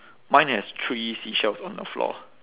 mine has three seashells on the floor